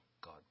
God